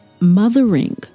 mothering